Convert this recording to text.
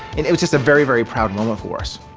and it was just a very, very proud moment us.